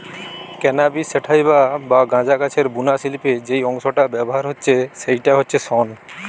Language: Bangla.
ক্যানাবিস স্যাটাইভা বা গাঁজা গাছের বুনা শিল্পে যেই অংশটা ব্যাভার হচ্ছে সেইটা হচ্ছে শন